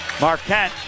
Marquette